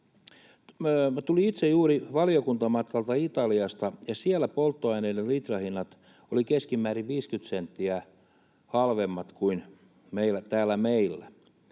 Tulin itse juuri valiokuntamatkalta Italiasta, ja siellä polttoaineiden litrahinnat olivat keskimäärin 50 senttiä halvemmat kuin täällä meillä.